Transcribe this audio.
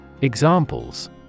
Examples